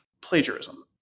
plagiarism